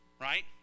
right